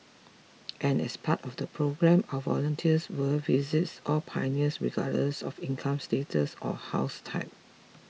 and as part of the programme our volunteers will visit all pioneers regardless of income status or house type